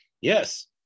yes